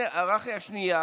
השנייה